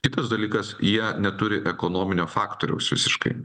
kitas dalykas jie neturi ekonominio faktoriaus visiškai